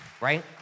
right